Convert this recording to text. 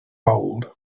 bold